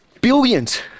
billions